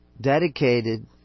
dedicated